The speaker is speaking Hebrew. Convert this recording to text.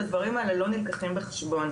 הדברים האלה לא נלקחים בחשבון,